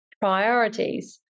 priorities